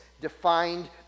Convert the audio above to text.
Defined